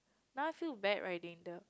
now I feel bad riding the